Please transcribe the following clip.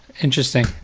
Interesting